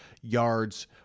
yards